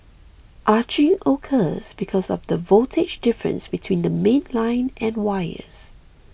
arcing occurs because of the voltage difference between the mainline and wires